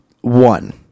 one